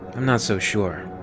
i'm not so sure,